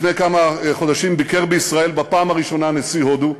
לפני כמה חודשים ביקר בישראל בפעם הראשונה נשיא הודו.